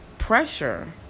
pressure